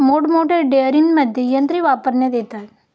मोठमोठ्या डेअरींमध्ये यंत्रे वापरण्यात येतात